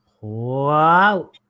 Wow